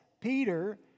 Peter